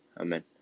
Amen